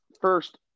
First